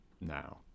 now